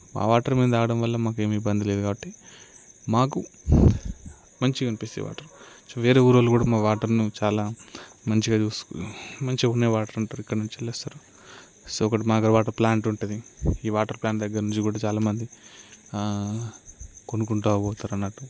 ఆ వాటర్ మేము త్రాగడం వల్ల మాకు ఏమి ఇబ్బంది లేదు కాబట్టి మాకు మంచిగా అనిపిస్తాయి వాటర్ వేరే ఊరివాళ్ళు కూడా మా వాటర్ని చాలా మంచిగా చూసు మంచిగా ఉన్నాయి వాటర్ అంటారు ఎక్కడి నుంచో వస్తారు సో ఒకటి మా దగ్గర వాటర్ ప్లాంట్ ఉంటుంది ఈ వాటర్ ప్లాంట్ దగ్గర నుంచి కూడా చాలా మంది కొనుక్కుంటూ పోతారు అన్నట్టు